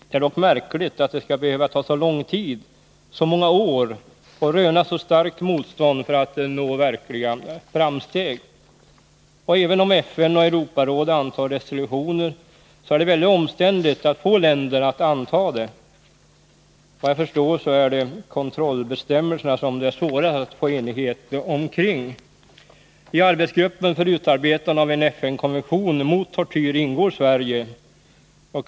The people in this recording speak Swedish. Det är dock märkligt att det skall behöva ta så lång tid, så många år, och röna så starkt motstånd att nå verkliga framsteg. Även om FN och Europarådet antar resolutioner, är det väldigt omständligt att få enskilda länder att anta dem. Såvitt jag förstår är det kontrollbestämmelserna som det är svårast att få enighet omkring. I arbetsgruppen för utarbetande av en FN-konvention mot tortyr är Sverige representerat.